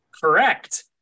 Correct